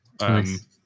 Nice